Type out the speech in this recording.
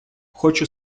хочу